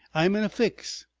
i'm in a fix.